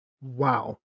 Wow